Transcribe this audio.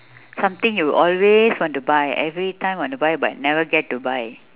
something you always want to buy every time want to buy but never get to buy